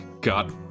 god